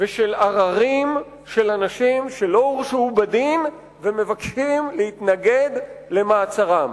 ושל עררים של אנשים שלא הורשעו בדין ומבקשים להתנגד למעצרם.